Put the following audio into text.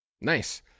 Nice